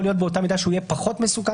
יכול להיות באותה מידה שהוא יהיה פחות מסוכן,